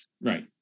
right